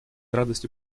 радостью